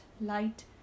light